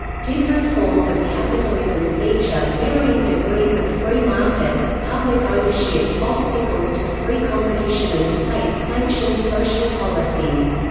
different forms of capitalism feature varying degrees of free markets, public ownership, obstacles to free competition and state-sanctioned social policies.